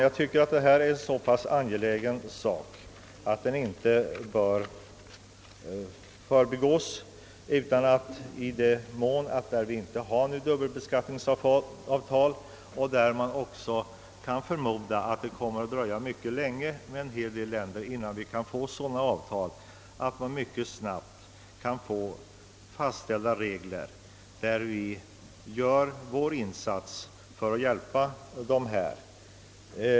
Jag tycker att detta är en så angelägen sak att den inte kan förbigås. I den mån Sverige inte har dubbelbeskattningsavtal — och det kan förmodligen dröja länge innan vi får sådana avtal med en hel del u-länder — bör enligt reservanternas mening regler mycket snabbt fastställas vad det gäller skattebefrielse för investeringar i u-länder.